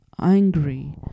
angry